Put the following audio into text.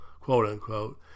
quote-unquote